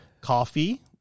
Coffee